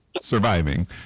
surviving